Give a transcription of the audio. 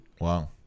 Wow